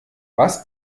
was